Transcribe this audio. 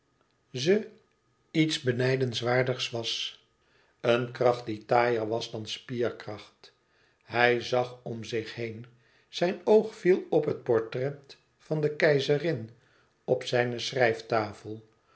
ze iets benijdenswaardigs was een kracht die taaier was dan spierkracht hij zag om zich heen zijn oog viel op het portret van de keizerin op zijne schrijftafel